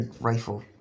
rifle